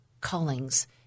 callings